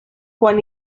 quan